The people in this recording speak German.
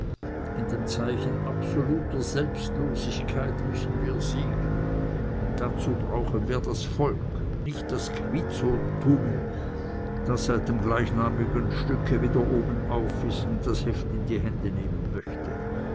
in dem zeichen absoluter selbstlosigkeit müssen wir siegen und dazu brauchen wir das volk nicht das quitzowtum das seit dem gleichnamigen stücke wieder obenauf ist und das heft in die hände nehmen möchte